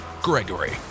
Gregory